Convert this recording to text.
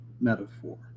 metaphor